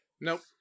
Nope